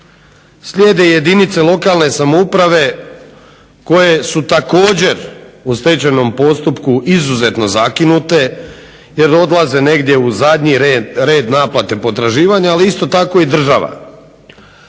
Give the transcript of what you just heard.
slijede jedinice lokalne samouprave koje su također u stečajnom postupku izuzetno zakinute jer dolaze negdje u zadnji red naplate potraživanja ali isto tako i država.